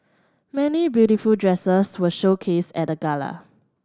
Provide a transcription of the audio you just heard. many beautiful dresses were showcased at the gala